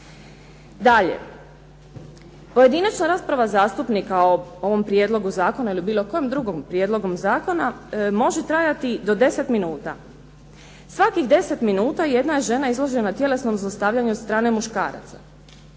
Dalje, pojedinačna rasprava zastupnika o ovom prijedlogu zakona ili bilo kojem drugom prijedlogu zakona može trajati do 10 minuta. Svakih 10 minuta jedna je žena izložena tjelesnom zlostavljanju od strane muškaraca.